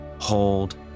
Hold